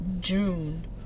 June